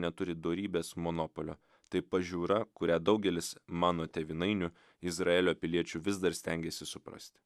neturi dorybės monopolio tai pažiūra kurią daugelis mano tėvynainių izraelio piliečių vis dar stengiasi suprasti